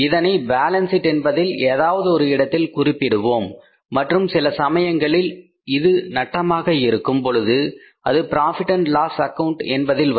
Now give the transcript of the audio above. இதனை balance sheet என்பதில் ஏதாவது ஒரு இடத்தில் குறிப்பிடுவோம் மற்றும் சில சமயங்களில் இது நாட்டமாக இருக்கும் பொழுது அது profit and loss account Profit Loss Account என்பதில் வரும்